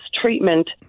treatment